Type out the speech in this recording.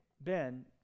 Ben